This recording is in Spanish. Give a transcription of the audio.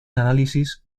análisis